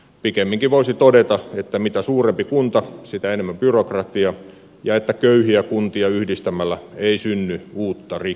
pikemminkin voisi todeta että mitä suurempi kunta sitä enemmän byrokratiaa ja että köyhiä kuntia yhdistämällä ei synny uutta rikkautta